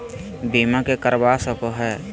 बीमा के करवा सको है?